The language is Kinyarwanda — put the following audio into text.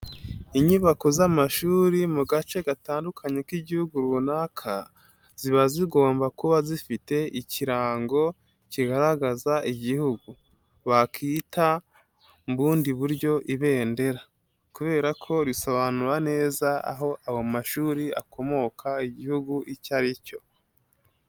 Inyubako z'amashuri mu gace gatandukanye k'igihugu runaka, ziba zigomba kuba zifite ikirango kigaragaza igihugu, bakita mu bundi buryo ibendera kubera ko risobanura neza ahoyo mashuri akomoka, igihugu icyo ari cyo.